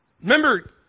Remember